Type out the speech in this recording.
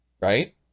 right